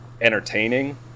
entertaining